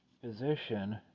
physician